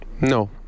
No